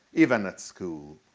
even at school.